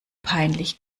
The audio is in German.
peinlich